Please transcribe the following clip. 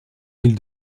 mille